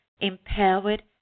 empowered